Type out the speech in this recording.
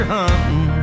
hunting